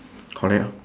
correct orh